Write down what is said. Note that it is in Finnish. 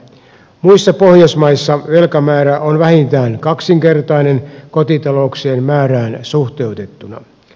muissa pohjoismaissa velkamäärä on vähintään kaksinkertainen kotitalouksien määrään suhteutettuna